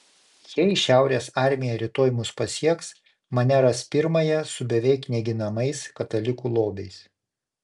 jei šiaurės armija rytoj mus pasieks mane ras pirmąją su beveik neginamais katalikų lobiais